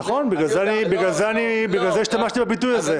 נכון, בגלל זה השתמשתי בביטוי הזה.